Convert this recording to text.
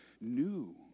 new